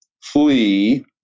flee